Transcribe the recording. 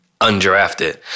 undrafted